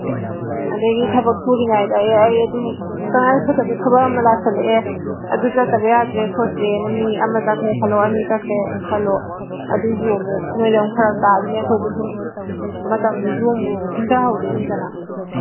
ꯎꯝ ꯑꯗꯒꯤ ꯊꯕꯛ ꯁꯨꯔꯤꯉꯩꯗ ꯑꯦ ꯑꯩ ꯑꯗꯨ ꯇꯉꯥꯏꯐꯗꯕ ꯊꯕꯛ ꯑꯃ ꯂꯥꯛꯁꯜꯂꯛꯑꯦ ꯑꯗꯨ ꯆꯠꯇꯕ ꯌꯥꯗ꯭ꯔꯦ ꯈꯣꯠꯇ꯭ꯔꯦꯅ ꯃꯤ ꯑꯃ ꯆꯠꯈ꯭ꯔꯦ ꯑꯅꯤ ꯆꯠꯈ꯭ꯔꯦ ꯈꯜꯂꯣ ꯑꯗꯨꯁꯨ ꯑꯃꯨꯛ ꯅꯈꯣꯏꯗ ꯑꯃꯨꯛ ꯐꯔꯛ ꯇꯥꯗꯣꯏꯅꯦ ꯑꯩꯈꯣꯏꯗꯁꯨ ꯃꯇꯝꯗꯨꯁꯨ ꯑꯃꯨꯛ ꯊꯤꯟꯗꯍꯧꯗꯣꯏꯅꯤꯗꯅ